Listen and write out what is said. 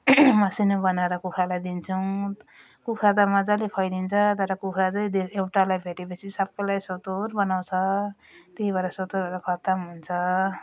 मसिनो बनाएर कुखुरालाई दिन्छौँ कुखुरा त मजाले फैलिन्छ तर कुखुरा चाहिँ एउटालाई भेटेपछि सबैलाई सोत्तर बनाउँछ त्यही भएर सोत्तर भएर खत्तम हुन्छ